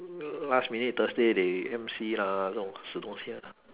last minute thursday they M_C lah 这种死东西 lor